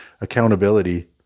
accountability